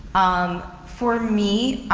um, for me,